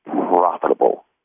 profitable